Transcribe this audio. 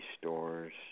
stores